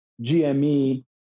GME